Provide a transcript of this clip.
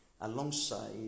alongside